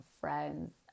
friends